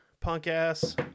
punk-ass